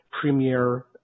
premier